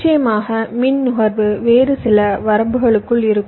நிச்சயமாக மின் நுகர்வு வேறு சில வரம்புகளுக்குள் இருக்கும்